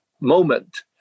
moment